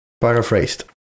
paraphrased